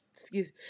excuse